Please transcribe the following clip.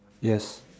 yes